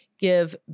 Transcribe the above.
Give